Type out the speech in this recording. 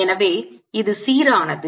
எனவே இது சீரானது